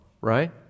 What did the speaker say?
right